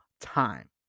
time